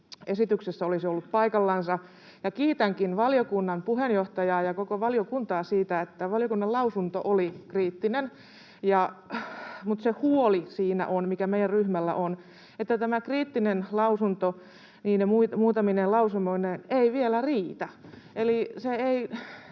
esityksessä olisi ollut paikallansa. Kiitänkin valiokunnan puheenjohtajaa ja koko valiokuntaa siitä, että valiokunnan lausunto oli kriittinen, mutta on se huoli, mikä meidän ryhmällä on, että tämä kriittinen lausunto niine muutamine lausumineen ei vielä riitä. Kun me